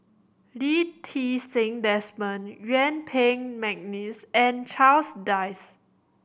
Lee Ti Seng Desmond Yuen Peng McNeice and Charles Dyce